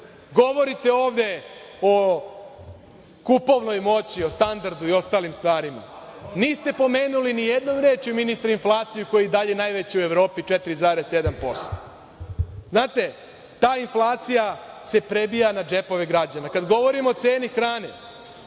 bude! Govorite ovde o kupovnoj moći, o standardu i ostalim stvarima. Niste pomenuli, ministre, nijednom rečju inflaciju, koja je i dalje najveća u Evropi, 4,7%. Znate, da inflacija se prebija na džepove građana. Kad govorimo o ceni hrane,